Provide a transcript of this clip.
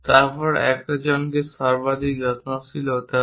তারপর একজনকে সর্বাধিক যত্নশীল হতে হবে